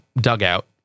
dugout